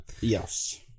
Yes